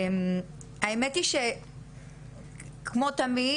האמת היא שכמו תמיד,